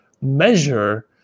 measure